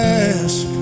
ask